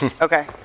Okay